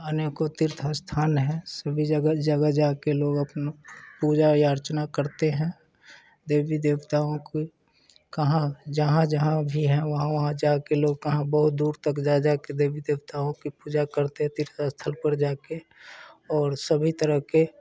अनेकों तीर्थ स्थान है सभी जगह जगह जा कर लोग अपनी पूजा अर्चना करते हैं देवी देवताओं को कहाँ जहाँ जहाँ भी है वहाँ वहाँ जा कर लोग कहाँ बहुत दूर तक जा जा कर देवी देवताओं की पूजा करते तीर्थ स्थल पर जा कर और सभी तरह के